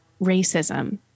racism